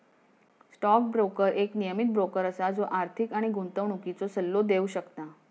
stock broker एक नियमीत broker असा जो आर्थिक आणि गुंतवणुकीचो सल्लो देव शकता